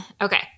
Okay